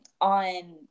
on